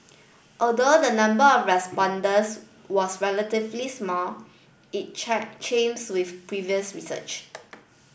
although the number of respondents was relatively small it check chimes with previous research